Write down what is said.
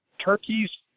Turkeys